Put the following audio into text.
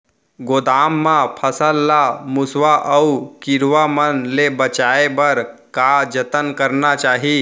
गोदाम मा फसल ला मुसवा अऊ कीरवा मन ले बचाये बर का जतन करना चाही?